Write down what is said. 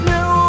New